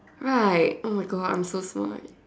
right oh my God I'm so smart